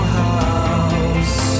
house